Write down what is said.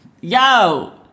Yo